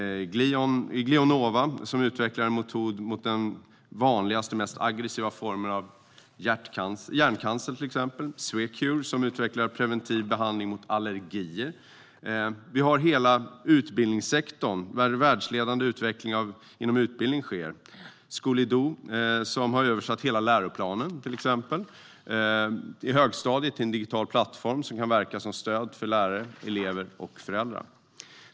Glionova utvecklar en metod mot den vanligaste och aggressivaste formen av hjärncancer. Swecure utvecklar preventiv behandling mot allergier. Inom utbildningssektorn sker världsledande utveckling. Till exempel har Schoolido översatt hela läroplanen för högstadiet till en digital plattform som kan verka som stöd för lärare, elever och föräldrar.